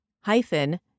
hyphen